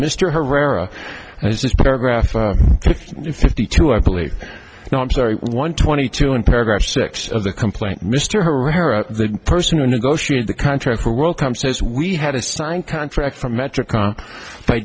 mr herrera is this paragraph fifty two i believe now i'm sorry one twenty two in paragraph six of the complaint mr herrera the person who negotiated the contract for world com says we had a signed contract from metric by